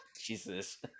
Jesus